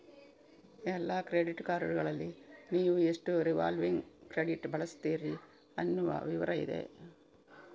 ಎಲ್ಲಾ ಕ್ರೆಡಿಟ್ ಕಾರ್ಡುಗಳಲ್ಲಿ ನೀವು ಎಷ್ಟು ರಿವಾಲ್ವಿಂಗ್ ಕ್ರೆಡಿಟ್ ಬಳಸ್ತೀರಿ ಅನ್ನುವ ವಿವರ ಇದೆ